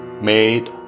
made